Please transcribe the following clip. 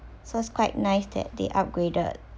so it's quite nice that they upgraded